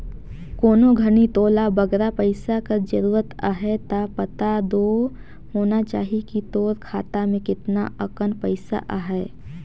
कोनो घनी तोला बगरा पइसा कर जरूरत अहे ता पता दो होना चाही कि तोर खाता में केतना अकन पइसा अहे